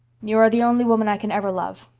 you are the only woman i can ever love.